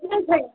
केही छैन